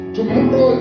Tomorrow